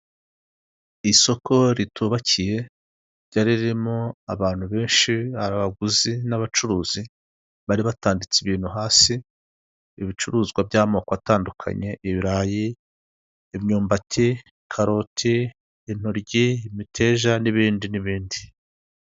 Isoko ritubakiye, ryari ririmo abantu benshi, hari abaguzi n'abacuruzi, bari batanditse ibintu hasi, ibicuruzwa by'amoko tandukanye; ibirayi, imyumbati, karoti, intoryi, imiteja, n'inindi n'ibindi.